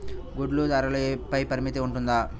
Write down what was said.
గుడ్లు ధరల పై పరిమితి ఉంటుందా?